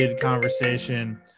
conversation